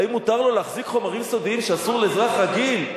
האם מותר לו להחזיק חומרים סודיים שאסור לאזרח רגיל?